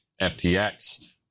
FTX